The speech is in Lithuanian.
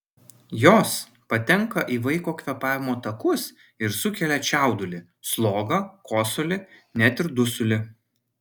jos patenka į vaiko kvėpavimo takus ir sukelia čiaudulį slogą kosulį net ir dusulį